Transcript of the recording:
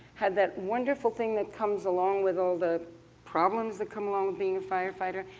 had that wonderful thing that comes along with all the problems that come along with being a firefighter,